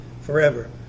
forever